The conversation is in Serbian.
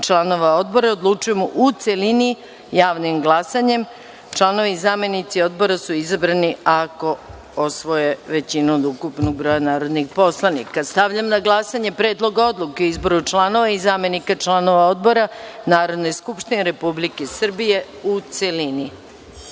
Narodna skupština odlučuje u celini javnim glasanjem. Članovi i zamenici članova odbora su izabrani ako osvoje većinu glasova od ukupnog broja narodnih poslanika. Stavljam na glasanje Predlog odluke o izboru članova i zamenika članova odbora Narodne skupštine Republike Srbije, u